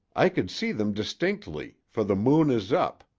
i could see them distinctly, for the moon is up,